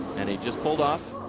and he just pulled off